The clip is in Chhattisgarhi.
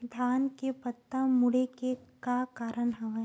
धान के पत्ता मुड़े के का कारण हवय?